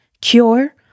cure